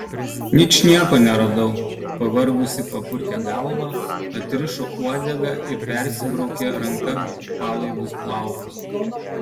ničnieko neradau pavargusi papurtė galvą atrišo uodegą ir persibraukė ranka palaidus plaukus